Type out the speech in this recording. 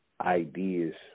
ideas